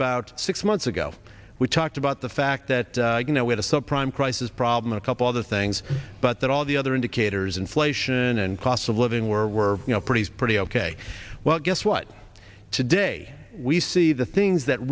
about six months ago we talked about the fact that you know with a sub prime crisis problem a couple other things but that all the other indicators inflation and cost of living where we're you know pretty pretty ok well guess what today we see the things that